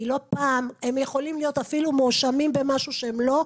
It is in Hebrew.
כי לא פעם הם יכולים להיות אפילו להיות מואשמים שהם לא,